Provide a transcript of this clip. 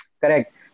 Correct